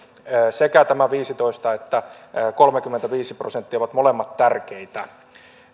sekä tämä viisitoista että kolmekymmentäviisi prosenttia ovat molemmat tärkeitä